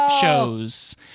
shows